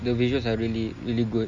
the visuals are really really good